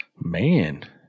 Man